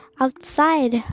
outside